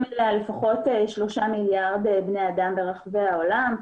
אליה לפחות שלושה מיליארד בני אדם ברחבי העולם,